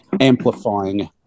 amplifying